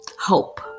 hope